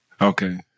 Okay